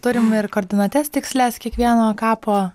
turim ir koordinates tikslias kiekvieno kapo